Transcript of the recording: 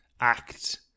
Act